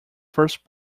first